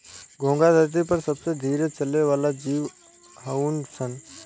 घोंघा धरती पर सबसे धीरे चले वाला जीव हऊन सन